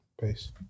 peace